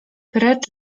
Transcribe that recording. precz